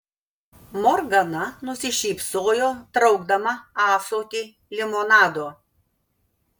morgana nusišypsojo traukdama ąsotį limonado